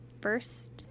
first